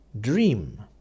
dream